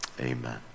Amen